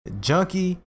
Junkie